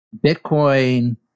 Bitcoin